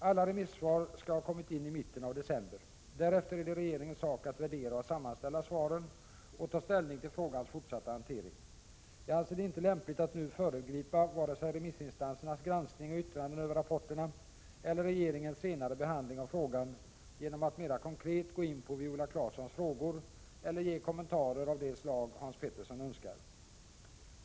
Alla remissvar skall ha inkommit i mitten av december. Därefter är det regeringens sak att värdera och sammanställa svaren och ta ställning till frågans fortsatta hantering. Jag anser det inte lämpligt att nu föregripa vare sig remissinstansernas granskning och yttranden över rapporterna eller regeringens senare behandling av frågan genom att mera konkret gå in på Viola Claessons frågor eller ge kommentarer av det slag Hans Pettersson önskar.